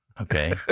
Okay